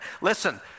Listen